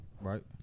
right